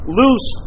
loose